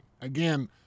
again